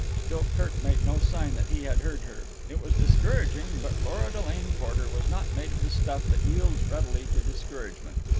still kirk made no sign that he had heard her. it was discouraging, but lora delane porter was not made of the stuff that yields readily to discouragement.